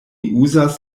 uzas